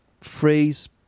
phrase